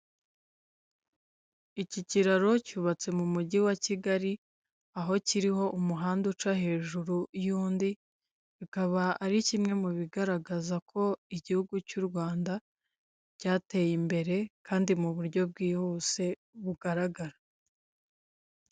Iki kiraro cyubatse mu mugi wa Kigali, aho kiriho umuhanda uca hejuru y'undi, bikaba ari kimwe mu bigaragaza ko igihugu cy'u Rwanda cyateye imbere kandi mu buryo bwihuse, bugaragara.